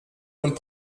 und